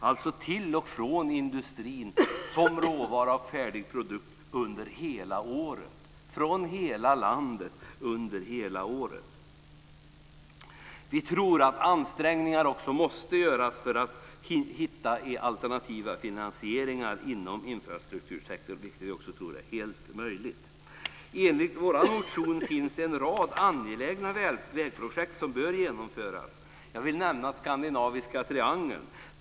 Råvaror och färdiga produkter ska kunna fraktas till och från industrin under hela året i hela landet. Vi tror att ansträngningar också måste göras för att hitta alternativa finansieringar inom infrastruktursektorn. Vi tror också att detta är fullt möjligt. Enligt vår motion finns en rad angelägna vägprojekt som bör genomföras. Jag vill nämna skandinaviska triangeln.